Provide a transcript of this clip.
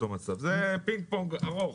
זה פינג פונג ארוך.